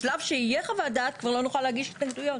בשלב שתהיה חוות דעת כבר לא נוכל להגיש התנגדויות.